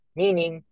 meaning